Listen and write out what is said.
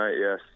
yes